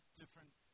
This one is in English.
different